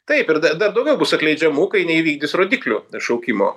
taip ir da dar daugiau bus atleidžiamų kai neįvykdys rodiklių šaukimo